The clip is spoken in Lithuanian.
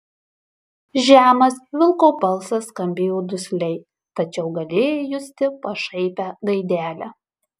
žemas vilko balsas skambėjo dusliai tačiau galėjai justi pašaipią gaidelę